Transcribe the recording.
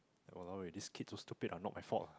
!walao! ah these kids so stupid lah not my fault lah